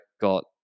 got